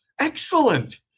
Excellent